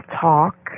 Talk